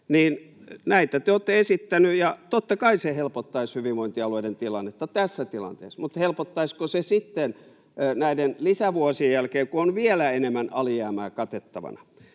Näitä te olette esittäneet, ja totta kai se helpottaisi hyvinvointialueiden tilannetta tässä tilanteessa, mutta helpottaisiko se sitten näiden lisävuosien jälkeen, kun on vielä enemmän alijäämää katettavana?